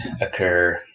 occur